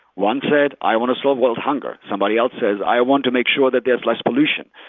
one said, i want to solve world hunger. somebody else says, i want to make sure that there's less pollution.